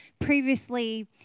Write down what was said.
previously